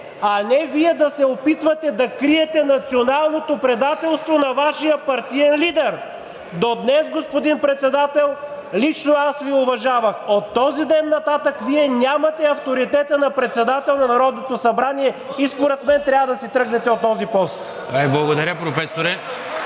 а не Вие да се опитвате да криете националното предателство на Вашия партиен лидер. До днес, господин Председател, лично аз Ви уважавах. От този ден нататък Вие нямате авторитета на председател на Народното събрание и според мен трябва да си тръгнете от този пост. (Ръкопляскания от